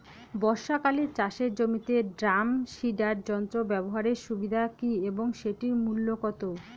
বর্ষাকালে চাষের জমিতে ড্রাম সিডার যন্ত্র ব্যবহারের সুবিধা কী এবং সেটির মূল্য কত?